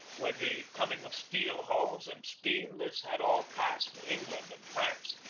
with the coming of steel hulls and steam this had all passed to england and france,